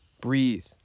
breathe